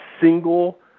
single